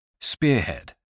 Spearhead